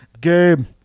Game